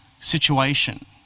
situation